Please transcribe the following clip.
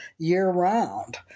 year-round